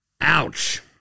Ouch